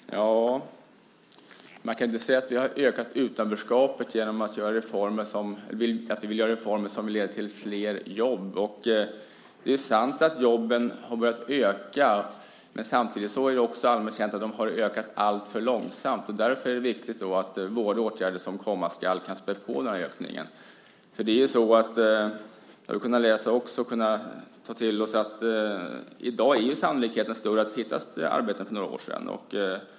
Herr talman! Man kan inte säga att vi ökar utanförskapet genom att genomföra reformer som leder till flera jobb. Det är sant att antalet jobb har börjat öka. Men samtidigt är det allmänt känt att antalet jobb har ökat alltför långsamt. Därför är det viktigt att de åtgärder som vi kommer att vidta kan spä på denna ökning. Vi har kunnat läsa att sannolikheten i dag är större än för några år sedan att hitta arbeten.